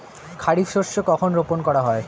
খারিফ শস্য কখন রোপন করা হয়?